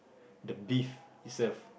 the beef itself